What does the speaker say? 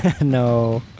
No